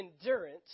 endurance